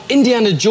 Indiana